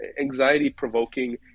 anxiety-provoking